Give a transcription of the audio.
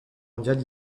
mondiale